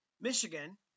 Michigan